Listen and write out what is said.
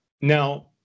Now